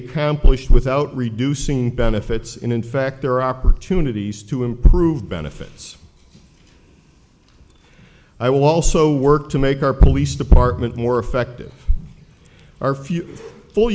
accomplished without reducing benefits and in fact there are opportunities to improve benefits i will also work to make our police department more effective are few f